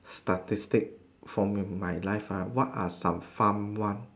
statistic from in my life uh what are some fun one